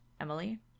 Emily